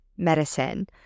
medicine